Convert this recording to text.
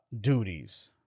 Duties